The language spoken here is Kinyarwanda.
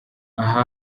aha